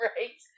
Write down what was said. Right